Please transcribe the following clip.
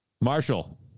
Marshall